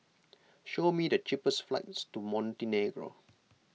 show me the cheapest flights to Montenegro